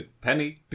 penny